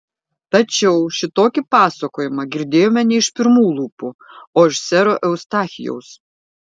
tačiau šitokį pasakojimą girdėjome ne iš pirmų lūpų o iš sero eustachijaus